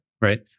right